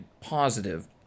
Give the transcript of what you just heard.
positive